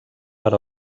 per